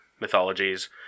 mythologies